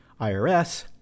IRS